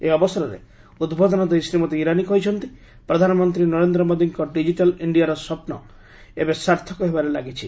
ଏହି ଅବସରରେ ଉଦ୍ବୋଧନ ଦେଇ ଶ୍ରୀମତୀ ଇରାନୀ କହିଛନ୍ତି ପ୍ରଧାନମନ୍ତ୍ରୀ ନରେନ୍ଦ୍ର ମୋଦିଙ୍କ ଡିକିଟାଲ୍ ଇଣ୍ଡିଆର ସ୍ୱପ୍ନ ଏବେ ସାର୍ଥକ ହେବାରେ ଲାଗିଛି